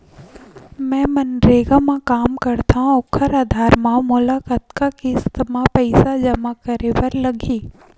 मैं मनरेगा म काम करथव, ओखर आधार म मोला कतना किस्त म पईसा जमा करे बर लगही?